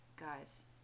Guys